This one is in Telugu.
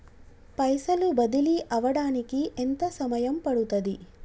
పైసలు బదిలీ అవడానికి ఎంత సమయం పడుతది?